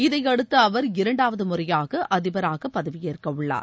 இதையடுத்துஅவர் இரண்டாவதுமுறையாகஅதிபராகபதவியேற்கவுள்ளார்